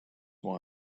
why